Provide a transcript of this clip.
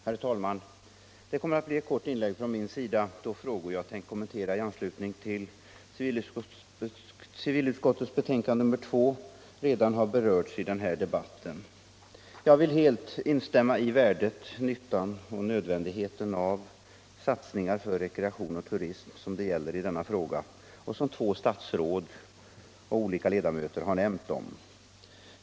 Herr talman! Det kommer att bli eu kort inlägg från min sida, då frågor som jag tänkt kommentera i anslutning till civilutskottets betänkande nr 2 redan har berörts i denna debatt. Jag vill helt instämma beträffande värdet, nyttan och nödvändigheten av satsningar på rekreation och turism, som denna fråga gäller och som två statsråd och olika ledamöter har talat för.